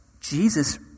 Jesus